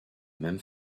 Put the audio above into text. même